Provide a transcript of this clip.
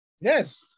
Yes